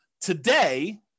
Today